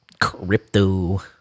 crypto